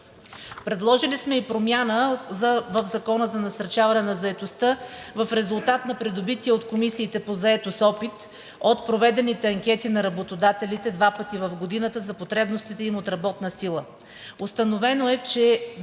Предложили сме и промяна в Закона за насърчаване на заетостта в резултат на придобития от комисиите по заетост опит от проведените анкети на работодателите два пъти в годината за потребностите им от работна сила.